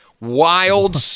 Wild